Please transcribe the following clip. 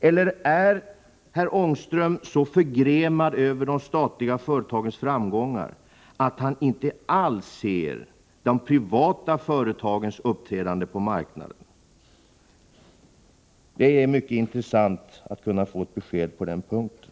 Eller är herr Ångström så förgrämd över de statliga företagens framgångar att han inte alls ser de privata företagens uppträdande på marknaden? Det vore mycket intressant att få ett besked på den punkten.